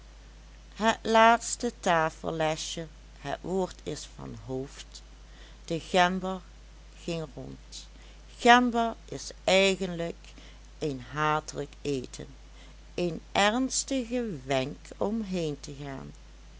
het laatste tafellestje het woord is van hooft de gember ging rond gember is eigenlijk een hatelijk eten een ernstige wenk om heen te gaan